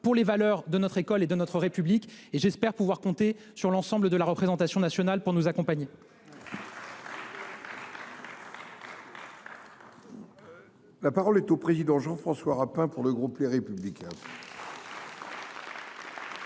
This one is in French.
pour les valeurs de notre école et de notre République, et j’espère pouvoir compter sur l’ensemble de la représentation nationale pour nous accompagner. La parole est à M. Jean François Rapin, pour le groupe Les Républicains.